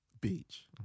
Beach